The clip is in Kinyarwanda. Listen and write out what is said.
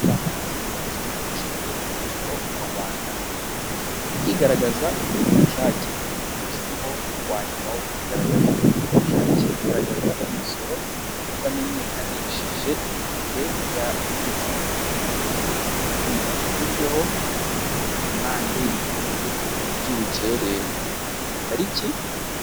Itangazo ni iki kigo gishinzwe iby imisoro mu rwanda kwigaragaza ubushake uyu munsi ni wo wa nyuma wo kwigaragaza ubushake igaragaza imisoro utamenyekanishije mbere ya bibiri namakumyabiri nagatatu rikurirweho amande y'inyungu z'ubukererwe tariki.